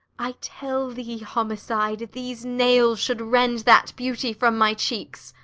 i tell thee, homicide, these nails should rend that beauty from my cheeks.